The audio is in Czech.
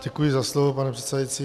Děkuji za slovo, pane předsedající.